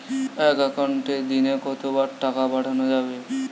এক একাউন্টে দিনে কতবার টাকা পাঠানো যাবে?